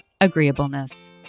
agreeableness